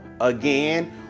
again